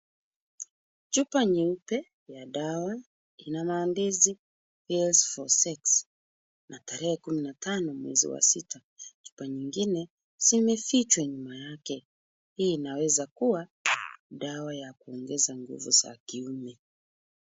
Chupa nyeupe ya dawa ina maandishi Pills for sex na tarehe kumi na tano mwezi wa sita. Chupa nyingine zimefichwa nyuma yake. Hii inawezakuwa dawa ya kuongeza nguvu za kiume.